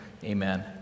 Amen